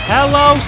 Hello